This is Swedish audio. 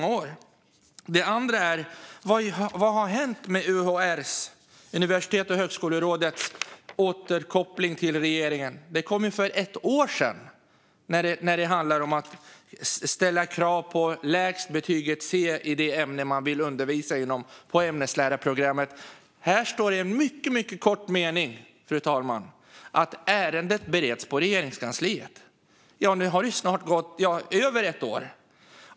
Jag undrar också över vad som har hänt med Universitets och högskolerådets, UHR:s, återkoppling till regeringen, som kom för ett år sedan, när det gäller att ställa krav på lägst betyg C i det ämne man vill undervisa i för att komma in på ämneslärarprogrammet. Här står det i en mycket kort mening, fru talman, att ärendet bereds på Regeringskansliet. Nu har det gått över ett år.